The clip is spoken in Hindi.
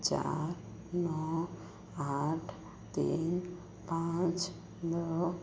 चार नौ आठ तीन पाँच दो